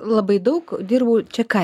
labai daug dirbu čia ką